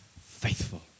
faithful